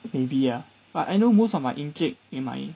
maybe ah but I know most of my encik in my